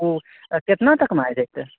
ओ केतना तकमे आबि जैते